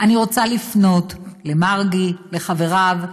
אני רוצה לפנות למרגי, לחבריו,